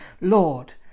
Lord